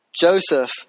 Joseph